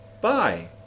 bye